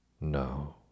No